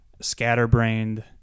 scatterbrained